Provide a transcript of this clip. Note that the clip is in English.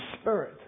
spirit